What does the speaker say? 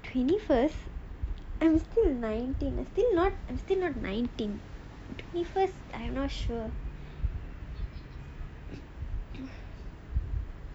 twenty first I'm still nineteen still not nineteen twenty first I'm not sure